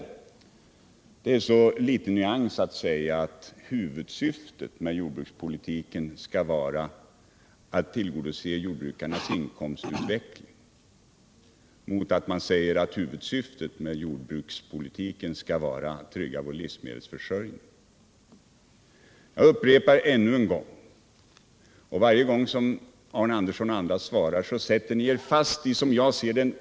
Han menar att det är så liten nyans mellan att säga att huvudsyftet med jordbrukspolitiken skall vara att tillgodose jordbrukarnas inkomstutveckling och att säga att huvudsyftet skall vara att trygga vår livsmedelsförsörjning. Jag upprepar ännu en gång: Ni sätter er i en omöjlig position, Arne Andersson och ni andra, genom detta.